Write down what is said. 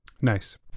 Nice